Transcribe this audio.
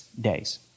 days